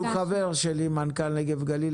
הוא חבר שלי, מנכ"ל נגב גליל.